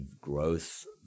growth